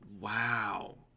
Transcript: Wow